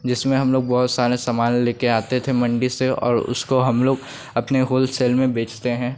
जिसमें हम लोग बहुत सारे समान लेकर आते थे मंडी से और उसको हम लोग अपने होलसेल में बेचते हैं